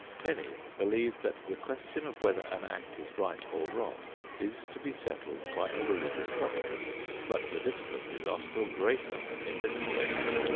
many believe that the question of whether an act is right or wrong is to be settled by a religious doctrine but the difficulties are still greater in this direction.